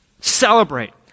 Celebrate